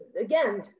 again